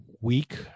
week